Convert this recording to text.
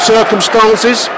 Circumstances